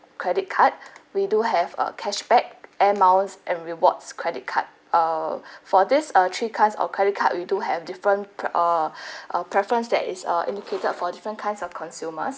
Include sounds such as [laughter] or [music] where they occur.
credit card [breath] we do have uh cashback air miles and rewards credit card err [breath] for this uh three kinds of credit card we do have different pre~ err [breath] uh preference that is uh indicated for different kinds of consumers